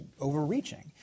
overreaching